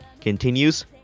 continues